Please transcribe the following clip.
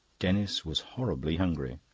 denis was horribly hungry.